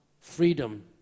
freedom